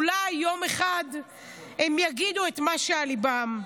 אולי יום אחד הם יגידו את מה שעל ליבם,